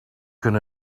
can